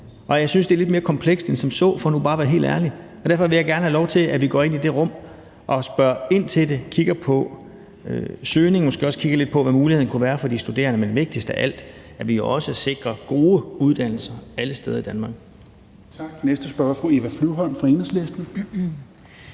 Jeg synes, det er lidt mere komplekst end som så, for nu bare at være helt ærlig, og derfor vil jeg gerne have lov til, at vi går ind i det rum og spørger ind til det, kigger på søgning og måske også kigger lidt på, hvad muligheden kunne være for de studerende. Men vigtigst af alt er, at vi også sikrer gode uddannelser alle steder i Danmark. Kl. 16:39 Tredje næstformand